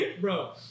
Bro